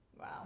Wow